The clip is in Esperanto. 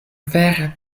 vere